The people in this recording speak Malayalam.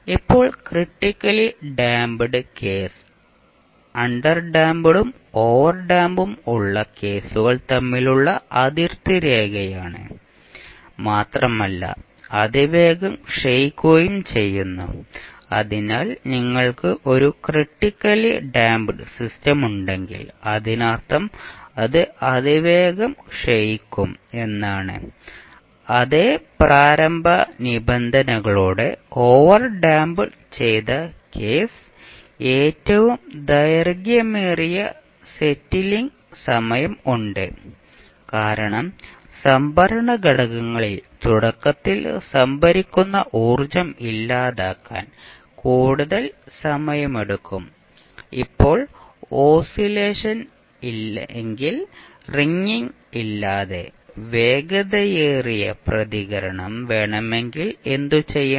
ഇപ്പോൾ ക്രിട്ടിക്കലി ഡാംപ്ഡ് കേസ് അണ്ടർഡാമ്പും ഓവർഡാമ്പും ഉള്ള കേസുകൾ തമ്മിലുള്ള അതിർത്തി രേഖയാണ് മാത്രമല്ല അതിവേഗം ക്ഷയിക്കുകയും ചെയ്യുന്നു അതിനാൽ നിങ്ങൾക്ക് ഒരു ക്രിട്ടിക്കലി ഡാംപ്ഡ് സിസ്റ്റം ഉണ്ടെങ്കിൽ അതിനർത്ഥം അത് അതിവേഗം ക്ഷയിക്കും എന്നാണ് അതേ പ്രാരംഭ നിബന്ധനകളോടെ ഓവർഡാമ്പ് ചെയ്ത കേസ് ഏറ്റവും ദൈർഘ്യമേറിയ സെറ്റിലിംഗ് സമയം ഉണ്ട് കാരണം സംഭരണ ഘടകങ്ങളിൽ തുടക്കത്തിൽ സംഭരിക്കുന്ന ഊർജ്ജം ഇല്ലാതാക്കാൻ കൂടുതൽ സമയമെടുക്കും ഇപ്പോൾ ഓസിലേഷൻ അല്ലെങ്കിൽ റിംഗിംഗ് ഇല്ലാതെ വേഗതയേറിയ പ്രതികരണം വേണമെങ്കിൽ എന്തുചെയ്യണം